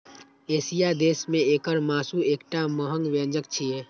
एशियाई देश मे एकर मासु एकटा महग व्यंजन छियै